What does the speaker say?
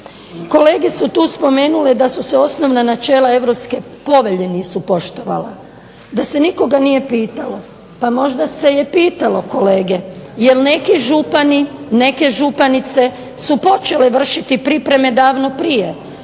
Kolege su tu spomenule da su se osnovna načela Europske povelje nisu poštovala, da se nikoga nije pitalo. Pa možda se je pitalo kolege jer neki župani, neke županice su počele vršiti pripreme davno prije